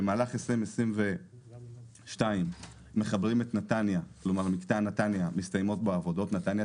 במהלך 2022 העבודות במקטע נתניה תל אביב מסתיימות.